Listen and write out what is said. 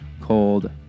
called